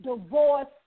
divorce